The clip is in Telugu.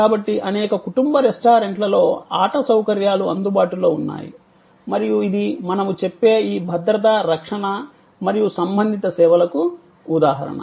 కాబట్టి అనేక కుటుంబ రెస్టారెంట్లలో ఆట సౌకర్యాలు అందుబాటులో ఉన్నాయి మరియు ఇది మనము చెప్పే ఈ భద్రత రక్షణ మరియు సంబంధిత సేవలకు ఉదాహరణ